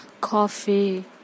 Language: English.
Coffee